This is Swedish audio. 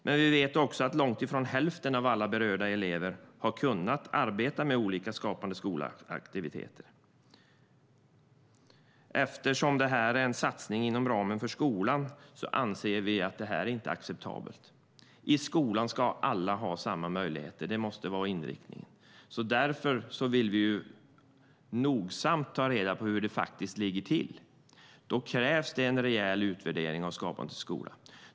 Men vi vet också att långt ifrån hälften av alla berörda elever har kunnat arbeta med olika Skapande skola-aktiviteter. Eftersom det här är en satsning inom ramen för skolan anser vi att detta inte är acceptabelt. I skolan ska alla ha samma möjligheter. Det måste vara inriktningen. Därför vill vi nogsamt ta reda på hur det faktiskt ligger till, och då krävs det en rejäl utvärdering av Skapande skola.